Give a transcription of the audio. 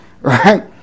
right